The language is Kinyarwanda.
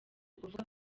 ukuvuga